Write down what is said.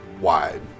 wide